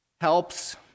helps